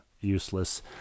useless